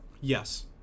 yes